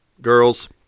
Girls